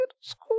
school